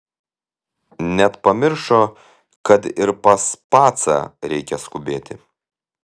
net pamiršo kad ir pas pacą reikia skubėti